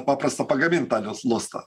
paprasta pagamint tą lus lustą